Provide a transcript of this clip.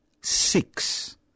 six